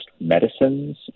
medicines